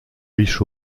riche